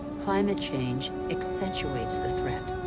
climate change accentuates the threat.